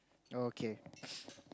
oh okay